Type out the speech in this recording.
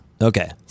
Okay